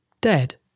dead